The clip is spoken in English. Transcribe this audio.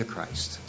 Christ